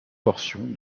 portion